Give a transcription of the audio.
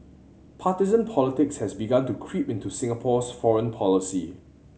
partisan politics has begun to creep into Singapore's foreign policy